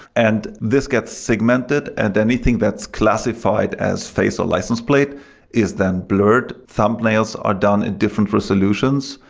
and this gets segmented and anything that's classified as face or license plate is then blurred. thumbnails are done in different resolutions.